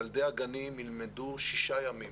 ילדי הגנים שישה ימים